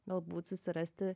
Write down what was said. galbūt susirasti